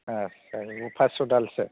ओ ओरैनो फास्स' दालसो